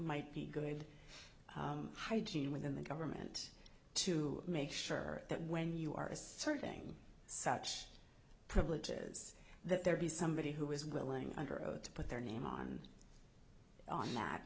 might be good hygiene within the government to make sure that when you are is serving such a privilege is that there be somebody who is willing under oath to put their name on on that